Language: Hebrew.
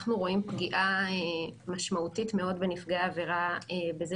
אנחנו רואים פגיעה משמעותית מאוד בנפגעי העבירה בזה